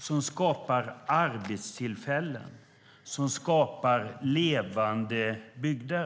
som skapar arbetstillfällen som skapar levande bygder.